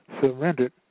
surrendered